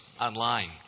online